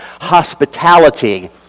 hospitality